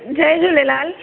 Jay Jhulelal